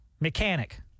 Mechanic